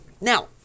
Now